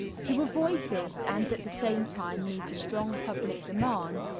to avoid this and at the same time meet a strong public demand,